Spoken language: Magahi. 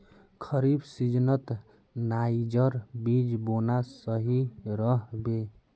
खरीफ सीजनत नाइजर बीज बोना सही रह बे